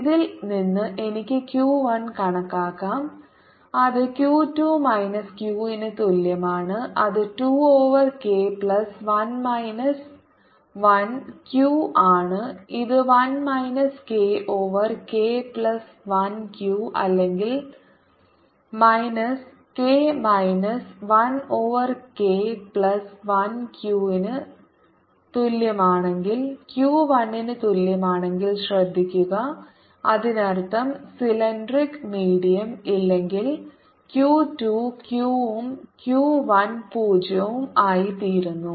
ഇതിൽ നിന്ന് എനിക്ക് q 1 കണക്കാക്കാം അത് q 2 മൈനസ് q ന് തുല്യമാണ് അത് 2 over k plus 1 minus 1 q ആണ് ഇത് 1 minus k over k plus 1 q അല്ലെങ്കിൽ minus k minus 1 over k plus 1 q ന് തുല്യമാണെങ്കിൽ q 1 ന് തുല്യമാണെങ്കിൽ ശ്രദ്ധിക്കുക അതിനർത്ഥം ഡീലക്ട്രിക് മീഡിയം ഇല്ലെങ്കിൽ q 2 q ഉം q 1 0 ഉം ആയിത്തീരുന്നു